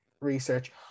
research